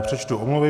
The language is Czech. Přečtu omluvy.